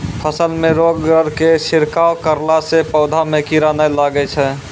फसल मे रोगऽर के छिड़काव करला से पौधा मे कीड़ा नैय लागै छै?